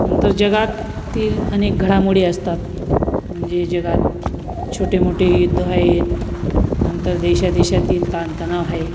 नंतर जगात तील अनेक घडामोडी असतात म्हणजे जगात छोटेमोठे युद्ध आहेत नंतर देशादेशांतील ताणतणाव आहे